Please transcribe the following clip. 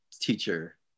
teacher